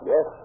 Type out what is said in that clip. Yes